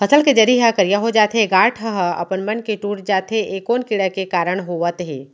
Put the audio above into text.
फसल के जरी ह करिया हो जाथे, गांठ ह अपनमन के टूट जाथे ए कोन कीड़ा के कारण होवत हे?